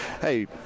hey